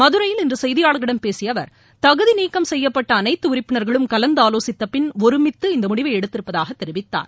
மதுரையில் இன்று செய்தியாளர்களிடம் பேசிய அவர் தகுதி நீக்கம் செய்யப்பட்ட அனைத்து உறுப்பினர்களும் கலந்தாலோசித்தபின் ஒருமித்து இந்த முடிவை எடுத்திருப்பதாகத் தெரிவித்தார்